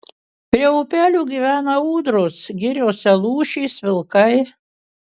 prie upelių gyvena ūdros giriose lūšys vilkai